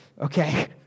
okay